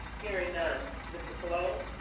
hearing none, mr. colon?